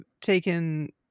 taken